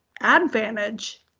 advantage